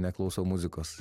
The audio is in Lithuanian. neklausau muzikos